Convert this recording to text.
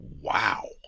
wow